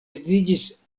edziĝis